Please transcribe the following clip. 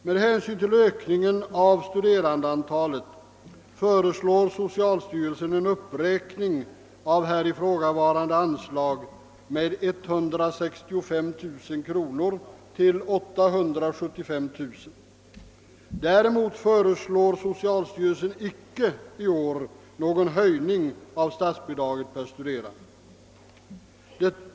Med hänsyn till ökningen av studerandeantalet föreslår socialstyrelsen en uppräkning av ifrågavarande anslag med 165 000 kronor till 875 000. Däremot föreslår socialstyrelsen i år inte någon höjning av statsbidraget per studerande.